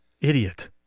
idiot